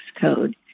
code